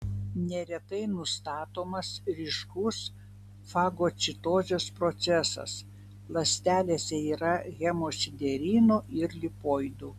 neretai nustatomas ryškus fagocitozės procesas ląstelėse yra hemosiderino ir lipoidų